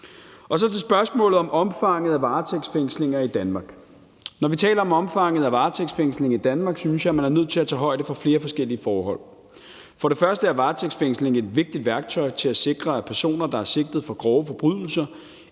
går vi til spørgsmålet om omfanget af varetægtsfængslinger i Danmark. Når vi taler om omfanget af varetægtsfængslinger i Danmark, synes jeg man er nødt til at tage højde for flere forskellige forhold. For det første er varetægtsfængsling et vigtigt værktøj til at sikre, at personer, der er sigtet for grove forbrydelser,